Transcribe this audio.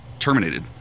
Terminated